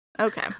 Okay